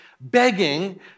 begging